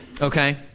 okay